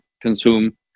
consume